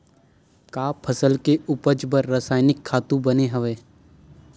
का फसल के उपज बर रासायनिक खातु बने हवय?